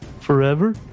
forever